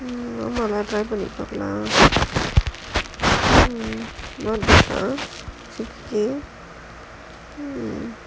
ஆமா:aamaa lah try பண்ணி இருக்கலாம்:panni irukkalaam